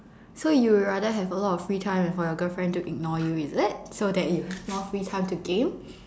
so you rather have a lot of free time and for your girlfriend to ignore you is it so that you have more free time to game